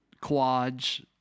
Quads